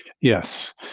Yes